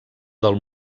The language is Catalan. del